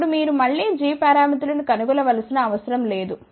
ఇప్పుడు మీరు మళ్ళీ g పారామితులను కనుగొనవలసిన అవసరం లేదు